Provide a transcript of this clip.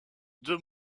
deux